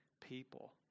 people